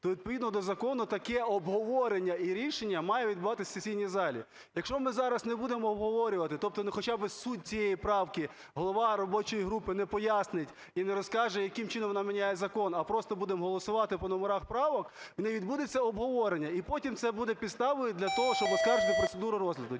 то відповідно до закону таке обговорення і рішення має відбуватися в сесійній залі. Якщо ми зараз не будемо обговорювати, тобто, ну, хоча би суть цієї правки голова робочої групи не пояснить і не розкаже, яким чином вона міняє закон, а просто будемо голосувати по номерах правок, не відбудеться обговорення, і потім це буде підставою для того, щоб оскаржити процедуру розгляду.